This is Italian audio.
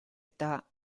età